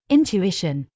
Intuition